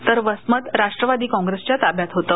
तर वसमत राष्ट्रवादी कॉप्रेसच्या ताब्यात होतं